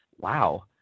wow